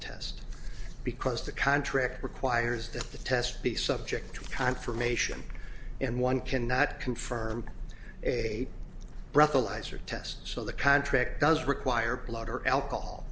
test because the contract requires that the test be subject to confirmation and one cannot confirm a breathalyzer test so the contract does require blood or alcohol